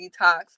detox